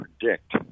predict